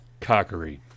Cockery